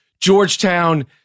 Georgetown